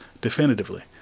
definitively